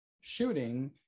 shooting